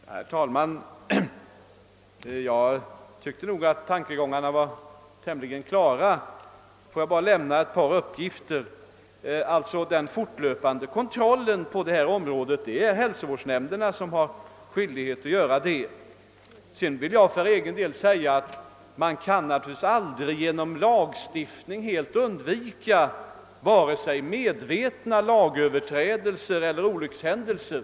Herr talman! Jag tycker nog att tankegångarna i svaret var tämligen klara. Hälsovårdsnämnderna har skyldighet att utöva den fortlöpande kontrollen på detta område. Man kan emellertid aldrig genom en lagstiftning helt undvika vare sig medvetna lagöverträdelser eller olyckshändelser.